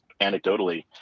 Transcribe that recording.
anecdotally